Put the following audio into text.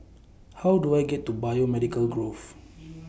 How Do I get to Biomedical Grove